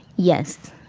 yes.